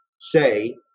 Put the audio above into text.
say